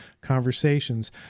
conversations